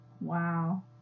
wow